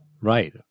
Right